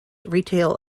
retail